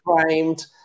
framed